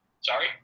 Sorry